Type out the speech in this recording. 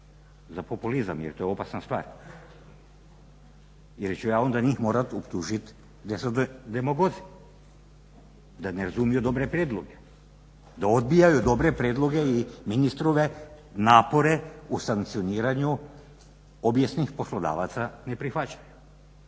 za populizam jer to je opasna stvar, jer ću ja onda njih morati optužiti da su demagozi, da ne razumiju dobre prijedloge, da odbijaju dobre prijedloge i ministrove napore u sankcioniranju obijesnih poslodavaca ne prihvaćaju.